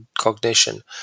cognition